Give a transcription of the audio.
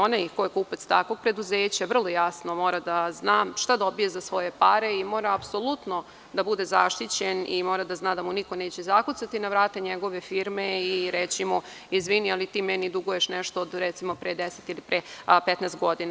Onaj ko je kupac takvog preduzeća vrlo jasno mora da zna šta dobija za svoje pare i mora apsolutno da bude zaštićen i mora da zna da mu niko neće zakucati na vrata njegove firme i reći mu – izvini, ali ti meni duguješ nešto od pre 10 ili pre 15 godina.